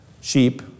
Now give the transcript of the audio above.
Sheep